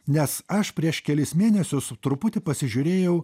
nes aš prieš kelis mėnesius truputį pasižiūrėjau